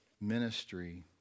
ministry